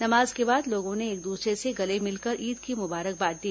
नमाज के बाद लोगों ने एक दूसरे से गले मिलकर ईद की मुबारकबाद दी